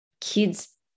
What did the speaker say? kids